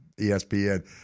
ESPN